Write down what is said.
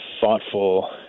thoughtful